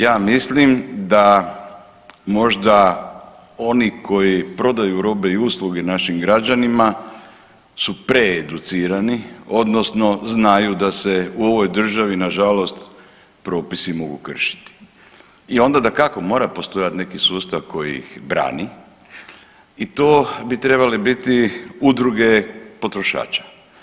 Ja mislim da možda oni koji prodaju robe i usluge našim građanima su pre educirani odnosno znaju da se u ovoj državi nažalost propisi mogu kršiti i onda dakako mora postojati neki sustav koji ih brani i to bi trebale biti udruge potrošača.